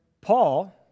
Paul